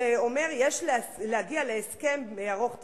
שאומר: יש להגיע להסכם ארוך טווח,